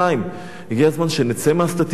הגיע הזמן שנצא מהסטטיסטיקות,